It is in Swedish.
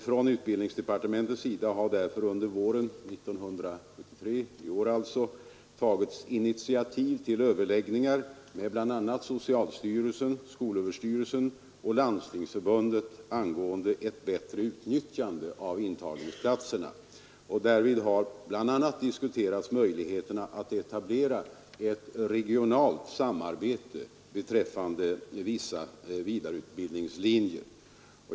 Från utbildningsdepartementet har därför under våren 1973 tagits initiativ till överläggningar med bl.a. socialstyrelsen, skolöverstyrelsen och Landstingsförbundet angående ett bättre utnyttjande av intagningsplatserna. Därvid har bl a. diskuterats möjligheterna att etablera ett regionalt samarbete beträffande vissa vidareutbildningslinjer.